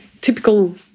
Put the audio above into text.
typical